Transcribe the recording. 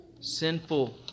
sinful